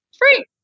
free